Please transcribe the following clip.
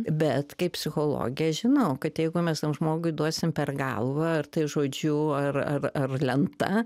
bet kaip psichologė žinau kad jeigu mes tam žmogui duosim per galvą ar tai žodžiu ar ar ar lenta